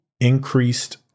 increased